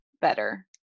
better